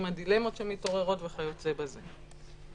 עם הדילמות שמתעוררות וכיוצא בזה.